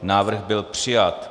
Návrh byl přijat.